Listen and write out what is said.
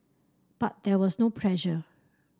but there was no pressure